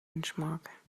benchmark